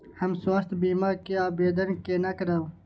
हम स्वास्थ्य बीमा के आवेदन केना करब?